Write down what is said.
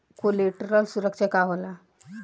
Collateral सुरक्षा का होला?